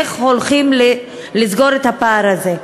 איך הולכים לסגור את הפער הזה?